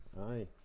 Aye